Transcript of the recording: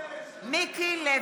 ישראל כץ, נגד רון כץ,